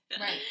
Right